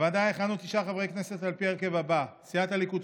בוועדה יכהנו תשעה חברי כנסת על פי ההרכב הבא: סיעת הליכוד,